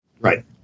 right